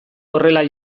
horrela